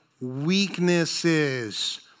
weaknesses